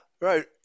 right